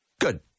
Good